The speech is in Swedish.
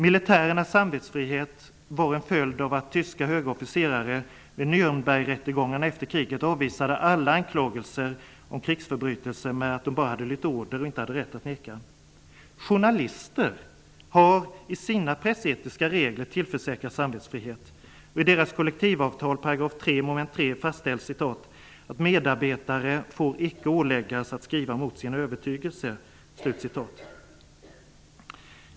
Militärernas samvetsfrihet var en följd av att tyska höga officerare vid Nürnbergrättegångarna efter kriget avvisade alla anklagelser om krigsförbrytelser med att de bara lytt order och inte hade haft rätt att neka. ''Medarbetare får icke åläggas att skriva mot sin övertygelse''.